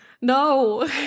No